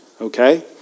okay